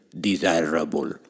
desirable